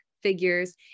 figures